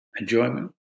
Enjoyment